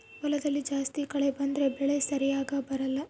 ಹೊಲದಲ್ಲಿ ಜಾಸ್ತಿ ಕಳೆ ಬಂದ್ರೆ ಬೆಳೆ ಸರಿಗ ಬರಲ್ಲ